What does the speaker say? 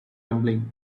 rumbling